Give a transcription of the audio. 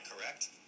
correct